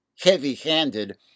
heavy-handed